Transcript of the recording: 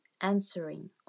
answering